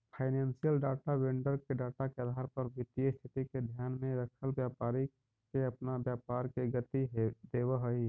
financial data vendor के data के आधार पर वित्तीय स्थिति के ध्यान में रखल व्यापारी के अपना व्यापार के गति देवऽ हई